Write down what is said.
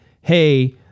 Hey